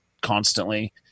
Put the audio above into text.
constantly